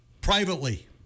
privately